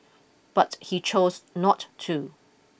but he chose not to